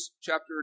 chapter